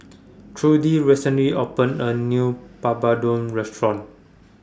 Trudie recently opened A New Papadum Restaurant